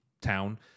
town